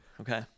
Okay